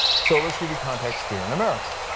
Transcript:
so let's give you context here in america.